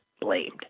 blamed